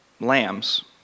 lambs